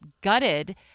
gutted